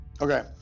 Okay